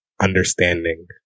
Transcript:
understanding